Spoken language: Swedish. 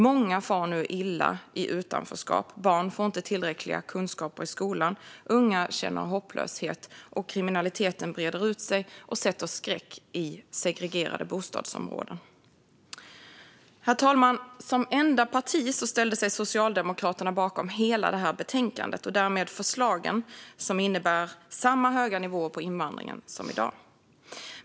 Många far nu illa i utanförskap. Barn får inte tillräckliga kunskaper i skolan, unga känner hopplöshet och kriminaliteten breder ut sig och sätter skräck i segregerade bostadsområden. Herr talman! Som enda parti ställde sig Socialdemokraterna bakom hela detta betänkande och därmed förslagen som innebär samma höga nivå på invandringen som i dag.